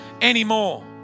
anymore